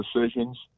decisions